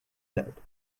that